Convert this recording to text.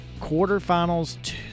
quarterfinals